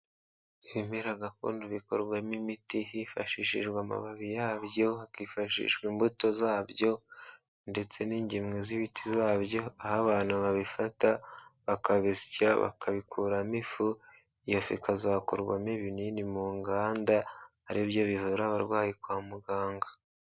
Ibimera gakondo bikorwamo imiti hifashishijwe amababi yabyo, hakifashishwa imbuto zabyo ndetse n'ingemwe z'ibiti zabyo, aho abantu babifata bakabisya bakabikuramo ifu, iyo fu ikazakorwamo ibinini mu nganda, aribyo bivura abarwayi kwa muganga.